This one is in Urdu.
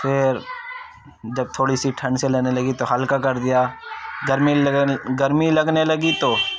پھر جب تھوڑی سی ٹھنڈ سی لگنے لگی تو ہلکا کر دیا گرمی لگنے لگی تو